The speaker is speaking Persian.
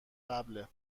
قبله